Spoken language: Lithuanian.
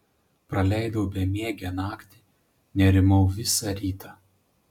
praleidau bemiegę naktį nerimau visą rytą